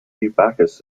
backus